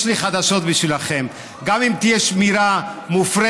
יש לי חדשות בשבילכם: גם אם תהיה שמירה מופרטת,